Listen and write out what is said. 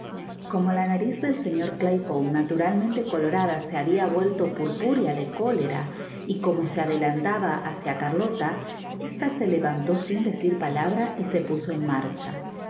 como la nariz del señor claypole naturalmente colorada s habia vuelto purpúrea de cólera y come se adelantaba hacia carleta ésta se levantó sin decir palabra y se puso en marcha